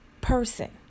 person